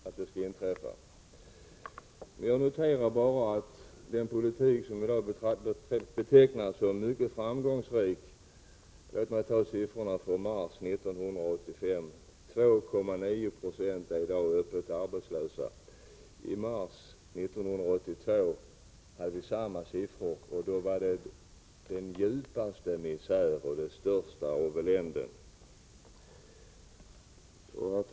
Herr talman! Vi får hoppas att statsrådets sista förmodan inte kommer att besannas. Jag noterar bara beträffande den politik som i dag har betecknats som mycket framgångsrik — och som enligt siffrorna för mars 1985 har resulterat i 2,9 90 öppet arbetslösa — att vi i mars 1982 hade samma siffror, men att man då talade om den djupaste misär och det största elände.